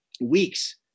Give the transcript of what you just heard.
weeks